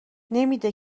نمیده